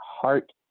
heart